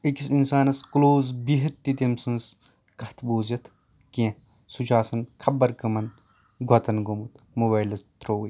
أکِس اِنسانَس کٕلوز بِہتھ تہِ تٔمۍ سٕنٛز کَتھ بوٗزِتھ کیٚنٛہہ سُہ چھُ آسان خبر کٕمن گۄتن گوٚومُت موبایلہٕ تھروٕے